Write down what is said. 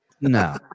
No